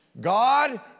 God